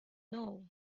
know